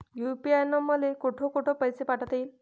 UPI न मले कोठ कोठ पैसे पाठवता येईन?